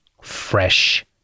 fresh